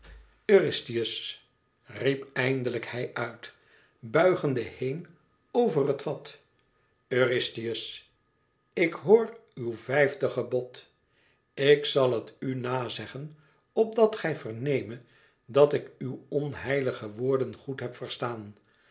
eurystheus riep eindelijk hij uit buigende heen over het vat eurystheus ik hoor uw vijfde gebod ik zal het u na zeggen opdat gij verneme dat ik uw onheilige woorden goed heb verstaan